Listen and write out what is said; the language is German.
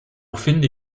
finde